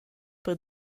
per